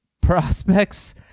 prospects